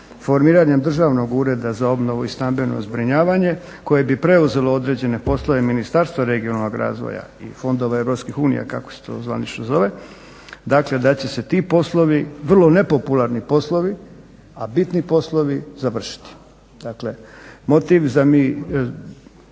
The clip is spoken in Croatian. formiranjem državnog ureda za obnovu i stambeno zbrinjavanje koje bi preuzelo određene poslove ministarstva regionalnog razvoja i fondova EU kako se to zvanično zove. Dakle da će se ti poslovi, vrlo nepopularni poslovi a bitni poslovi završiti. Dakle motiv za